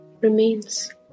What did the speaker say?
remains